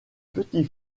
petit